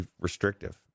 restrictive